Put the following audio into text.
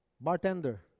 bartender